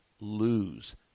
lose